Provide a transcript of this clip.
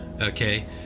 okay